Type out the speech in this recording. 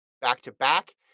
back-to-back